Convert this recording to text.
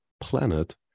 planet